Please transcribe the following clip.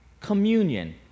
communion